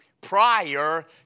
prior